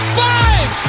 five